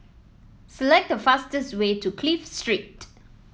select the fastest way to Clive Street